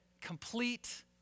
complete